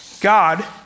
God